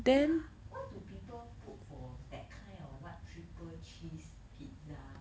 yeah what do people put for that kind of what triple cheese pizza